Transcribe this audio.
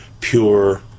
pure